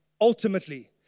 ultimately